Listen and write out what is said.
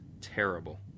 terrible